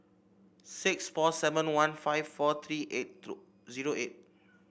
six four seven one five four three eight zero eight